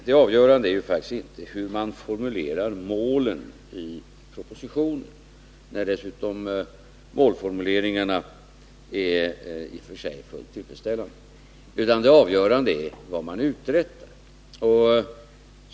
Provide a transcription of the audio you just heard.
Det avgörande är faktiskt inte hur man i propositionen formulerar målen, särskilt som målformuleringarna i och för sig är fullt tillfredsställande. Det avgörande är vad man uträttar.